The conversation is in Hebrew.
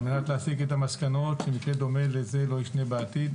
על מנת להסיק את המסקנות ושמקרה דומה לזה לא ישנה בעתיד.